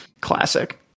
Classic